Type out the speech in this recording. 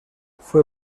fue